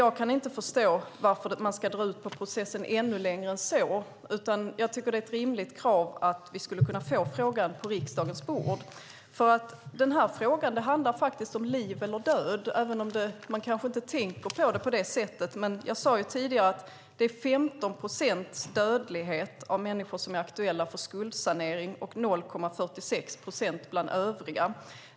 Jag kan inte förstå varför man ska dra ut på processen ännu längre än så, utan jag tycker att det är ett rimligt krav att vi ska kunna få frågan på riksdagens bord om drygt ett år. Den här frågan handlar faktiskt om liv eller död, även om man kanske inte tänker på det på det sättet. Jag sade tidigare att det är 15 procents dödlighet bland människor som är aktuella för skuldsanering och 0,46 procent bland befolkningen i genomsnitt i samma åldersgrupper.